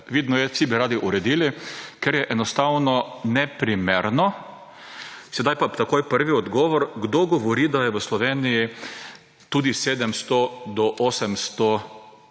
vidno, da bi vsi radi uredili, ker je enostavno neprimerno. Sedaj pa takoj prvi odgovor. Kdo govori, da je v Sloveniji 700 do 800